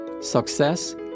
success